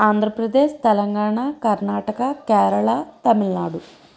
Andhra Pradesh Telangana Karnataka Kerala Tamil Nadu